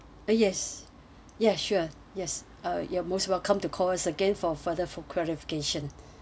uh yes ya sure yes uh you are most welcome to call us again for further for clarification